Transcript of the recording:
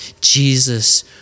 Jesus